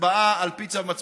הצבעה על פי צו המצפון,